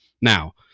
Now